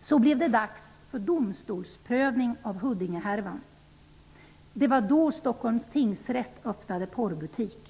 Så blev det dags för domstolsprövning av Huddingehärvan. Det var då Stockholms tingsrätt öppnade porrbutik.